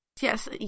Yes